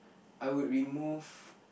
I would remove